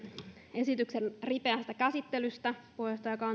esityksen ripeästä käsittelystä puheenjohtaja